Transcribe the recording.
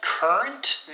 Current